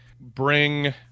bring